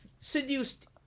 seduced